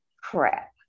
crap